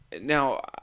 Now